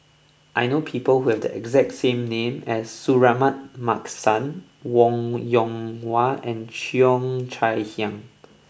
I know people who have the exact same name as Suratman Markasan Wong Yoon Wah and Cheo Chai Hiang